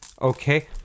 Okay